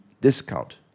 discount